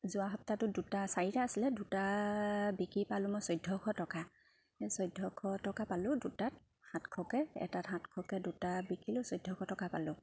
যোৱা সপ্তাহটো দুটা চাৰিটা আছিলে দুটা বিকি পালোঁ মই চৈধ্যশ টকা চৈধ্যশ টকা পালোঁ দুটাত সাতশকৈ এটাত সাতশকৈ দুটা বিকিলোঁ চৈধ্যশ টকা পালোঁ